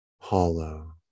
hollow